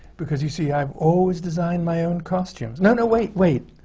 because you see, i've always designed my own costumes. no, no, wait, wait.